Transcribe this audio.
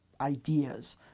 ideas